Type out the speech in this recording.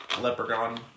Leprechaun